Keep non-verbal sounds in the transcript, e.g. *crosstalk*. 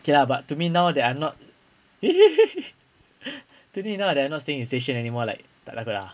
okay lah but to me now that I'm not *laughs* to me now that I'm not staying in station in anymore like tak ada lah